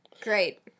Great